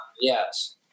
Yes